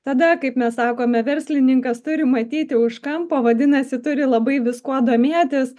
tada kaip mes sakome verslininkas turi matyti už kampo vadinasi turi labai viskuo domėtis